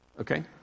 Okay